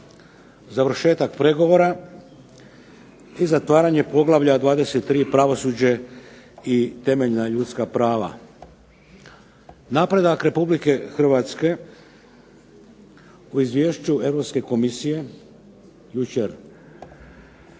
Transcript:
završetak pregovora, i zatvaranje poglavlja 23. pravosuđe i temeljna ljudska prava. Napredak Republike Hrvatske u izvješću Europske Komisije jučer